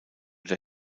der